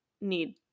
need